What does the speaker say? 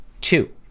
Two